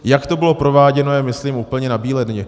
Jak to bylo prováděno, je, myslím, úplně nabíledni.